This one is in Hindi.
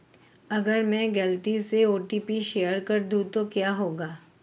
अगर मैं गलती से ओ.टी.पी शेयर कर दूं तो क्या होगा?